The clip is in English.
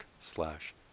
slash